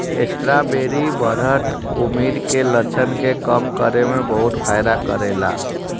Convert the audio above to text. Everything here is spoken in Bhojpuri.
स्ट्राबेरी बढ़त उमिर के लक्षण के कम करे में बहुते फायदा करेला